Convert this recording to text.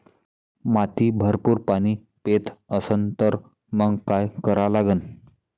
माती भरपूर पाणी पेत असन तर मंग काय करा लागन?